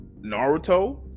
naruto